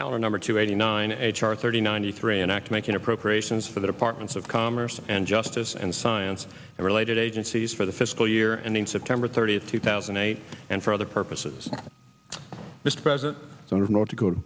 kalar number two eighty nine h r thirty ninety three an act making appropriations for the departments of commerce and justice and science related agencies for the fiscal year ending september thirtieth two thousand and eight and for other purposes mr president of north dakota